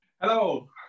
hello